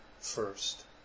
first